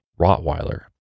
Rottweiler